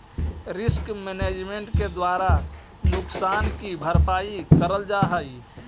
risk management के द्वारा नुकसान की भरपाई करल जा हई